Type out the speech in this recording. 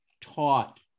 taught